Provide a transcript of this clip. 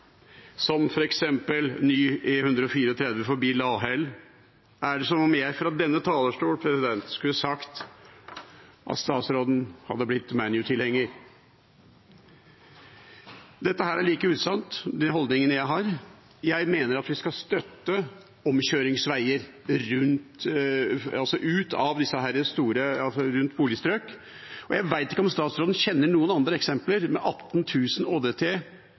er det som om jeg fra denne talerstolen skulle sagt at statsråden hadde blitt Manchester United-tilhenger. Dette er like usant – når det gjelder de holdningene jeg har. Jeg mener at vi skal støtte omkjøringsveier rundt boligstrøk. Jeg vet ikke om statsråden kjenner noen andre eksempler med